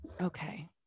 Okay